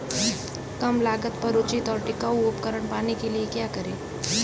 कम लागत पर उचित और टिकाऊ उपकरण पाने के लिए क्या करें?